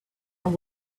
and